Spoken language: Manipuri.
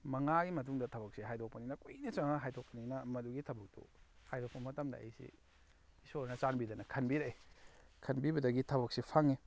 ꯃꯉꯥꯒꯤ ꯃꯇꯨꯡꯗ ꯊꯕꯛꯁꯦ ꯍꯥꯏꯗꯣꯛꯄꯅꯤꯅ ꯀꯨꯏꯅ ꯆꯪꯉꯒ ꯍꯥꯏꯗꯣꯛꯄꯅꯤꯅ ꯃꯗꯨꯒꯤ ꯊꯕꯛꯇꯨ ꯍꯥꯏꯗꯣꯛꯄ ꯃꯇꯝꯗ ꯑꯩꯁꯤ ꯏꯁꯣꯔꯅ ꯆꯥꯟꯕꯤꯗꯅ ꯈꯟꯕꯤꯔꯛꯑꯦ ꯈꯟꯕꯤꯕꯗꯒꯤ ꯊꯕꯛꯁꯤ ꯐꯪꯉꯦ